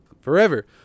forever